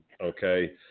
okay